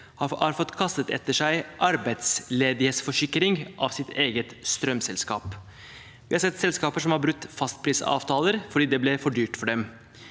har fått kastet etter seg arbeidsledighetsforsikring av sitt eget strømselskap. Vi har sett selskaper som har brutt fastprisavtaler fordi det ble for dyrt for dem.